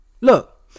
Look